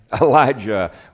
Elijah